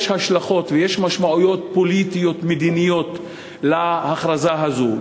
יש השלכות ויש משמעויות פוליטיות-מדיניות להכרזה הזו,